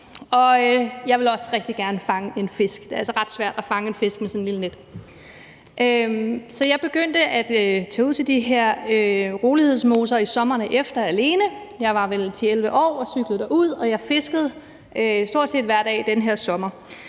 Jeg ville også rigtig gerne fange en fisk. Det er altså ret svært at fange en fisk med sådan et lille net. Så jeg begyndte at tage ud til Rolighedsmoserne alene den efterfølgende sommer. Jeg var vel 10-11 år og cyklede derud, og jeg fiskede stort set hver dag i den her sommer.